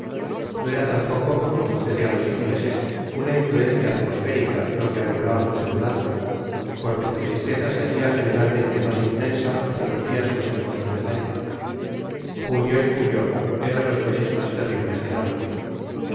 no era tampoco como sucede á los ingleses una inftuencia atmosférica lo que anublaba su semblante porque su tristeza se hacia generalmente mas intensa hácia los dias mas hermosos det año junio y julio eran tos meses mas terribles de athos